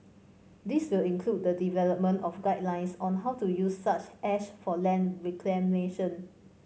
this will include the development of guidelines on how to use such ash for land reclamation